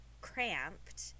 cramped